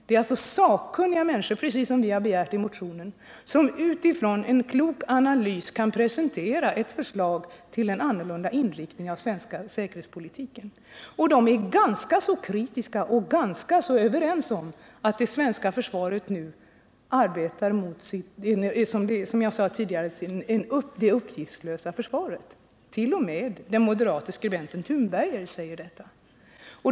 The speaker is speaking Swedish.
Det är alltså sakkunniga människor, precis som vi har begärt i motionen, som utifrån en klok analys kan presentera ett förslag till en annorlunda inriktning av den svenska säkerhetspolitiken. Och de är ganska kritiska och ganska överens om att det svenska försvaret, som jag sade tidigare, är på väg att bli det uppgiftslösa försvaret. T. o. m. den moderate skribenten Tunberger säger detta.